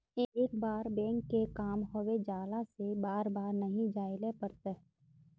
एक बार बैंक के काम होबे जाला से बार बार नहीं जाइले पड़ता?